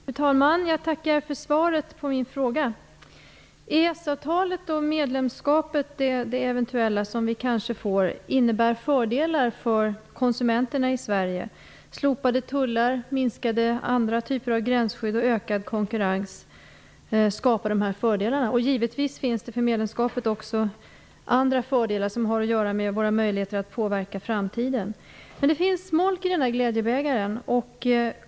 Fru talman! Jag tackar för svaret på min fråga. EES-avtalet och det eventuella medlemskap som vi kanske får innebär fördelar för konsumenterna i Sverige. Slopade tullar, en minskning av andra typer av gränsskydd och ökad konkurrens skapar de här fördelarna. Givetvis finns det i medlemskapet också andra fördelar som har att göra med våra möjligheter att påverka framtiden. Men det finns smolk i glädjebägaren.